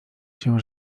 się